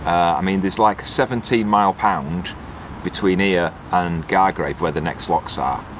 i mean there's like seventeen mile pound between here and gargrave where the next locks are,